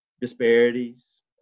disparities